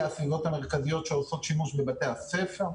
הסביבות המרכזיות שעושים שימוש בבתי הספר.